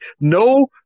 No